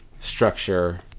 structure